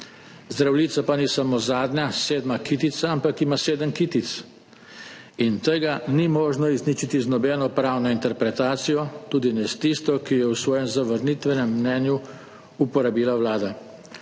Zdravljica pa ni samo zadnja, sedma kitica, ampak ima sedem kitic in tega ni možno izničiti z nobeno pravno interpretacijo, tudi ne s tisto, ki jo je v svojem zavrnitvenem mnenju uporabila Vlada.